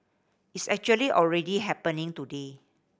it's actually already happening today